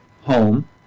home